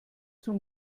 zum